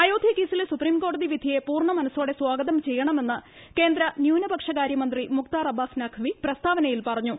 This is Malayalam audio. അയോധ്യ കേസിലെ സുപ്രീംകോടതി വിധിയെ പൂർണമനസ്സോടെ സ്ഥാഗതം ചെയ്യണമെന്ന് ക്യേന്ദ്ര ന്യൂനപക്ഷകാര്യ മന്ത്രി മുക്താർ അബ്ബാസ് നഖ്വി പ്രസ്താപ്പന്യിൽ പറഞ്ഞു